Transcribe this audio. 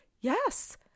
yes